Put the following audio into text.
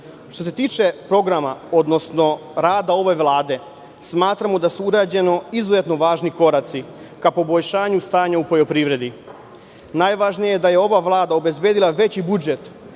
se tiče programa, odnosno rada ove Vlade, smatramo da su urađeni izuzetno važni koraci ka poboljšanju stanja u poljoprivredi. Najvažnije je da je ova Vlada obezbedila veći budžet